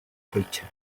creature